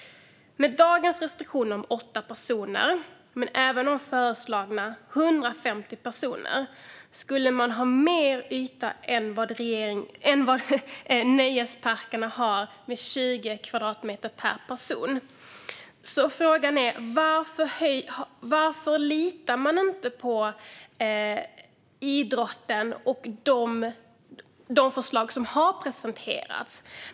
Med dagens restriktioner om 8 personer, men även med det föreslagna 150 personer, skulle man ha mer yta än vad nöjesparkerna har med 20 kvadratmeter per person. Frågan är alltså: Varför litar man inte på idrotten och de förslag som har presenterats?